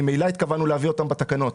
ממילא התכוונו להביא אותם בתקנות.